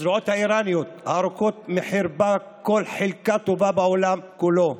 הזרועות האיראניות הארוכות מחריבות כל חלקה טובה בעולם כולו.